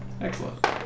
Excellent